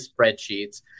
spreadsheets